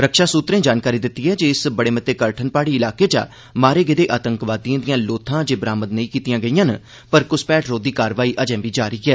रक्षा सूत्रें जानकारी दित्ती ऐ जे इस बड़े मते कठन पहाड़ी इलाके चा मारे गेदे आतंकवादिए दियां लोथां अजें बरामद नेंई कीतियां गेइयां न पर घुसपैठ रोघी कार्रवाई अजें बी जारी ऐ